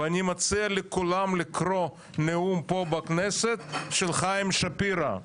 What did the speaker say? אני מציע לכולם לקרוא נאום פה נאום של חיים שפירא,